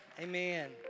Amen